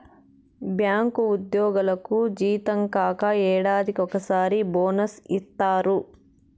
bank ఉద్యోగులకు జీతం కాక ఏడాదికి ఒకసారి బోనస్ ఇత్తారు